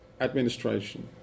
administration